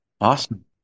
Awesome